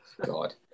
God